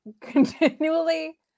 continually